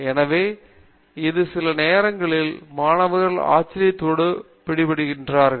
எனவே இது சில நேரங்களில் மாணவர்கள் ஆச்சரியத்தால் பிடிபட்டிருக்கிறார்கள்